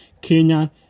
Kenya